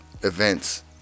events